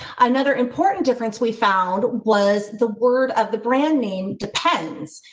another important difference we found was the word of the brand name. depends.